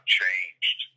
changed